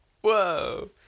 Whoa